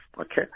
Okay